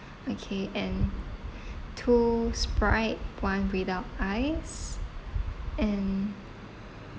okay and two sprite one without ice and